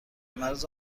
مرز